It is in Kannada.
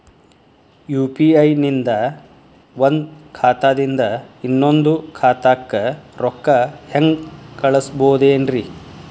ಯು.ಪಿ.ಐ ನಿಂದ ಒಂದ್ ಖಾತಾದಿಂದ ಇನ್ನೊಂದು ಖಾತಾಕ್ಕ ರೊಕ್ಕ ಹೆಂಗ್ ಕಳಸ್ಬೋದೇನ್ರಿ?